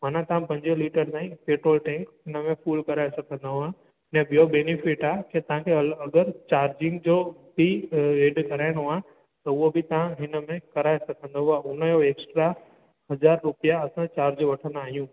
माना तव्हां पंज लीटर ताईं पेट्रोल टैंक हिन में फुल कराए सघंदव ऐं ॿियो बेनिफिट आहे की तव्हां खे अल अगरि चार्जिंग जो बि ऐड कराइणो आहे त उहो बि तव्हां हिन में कराए सघंदव हुन जो एक्स्ट्रा हज़ार रुपया असां चार्ज वठंदा आहियूं